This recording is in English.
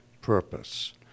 purpose